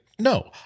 No